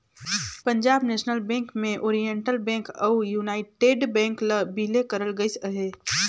Punjab national bank में oriental bank अउ united bank ल बिले करल गइस अहे